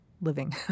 living